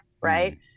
right